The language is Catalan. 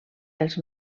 els